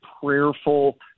prayerful